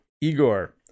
Igor